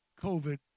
COVID